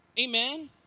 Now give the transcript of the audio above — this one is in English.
Amen